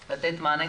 אתה כבר צריך לעזור,